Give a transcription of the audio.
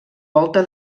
volta